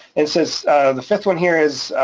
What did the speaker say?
and since the fifth one here is,